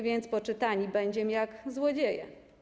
Więc poczytani będziem jak złodzieje.